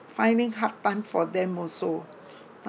finding hard time for them also but